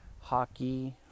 hockey